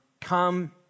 come